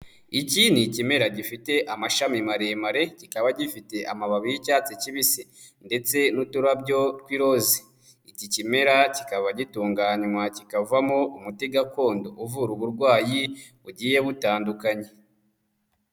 Iki ni ikimera gifite amashami maremare, kikaba gifite amababi y'icyatsi kibisi ndetse n'uturabyo tw'iroze. Iki kimera kikaba gitunganywa kikavamo umuti gakondo uvura uburwayi bugiye butandukanye.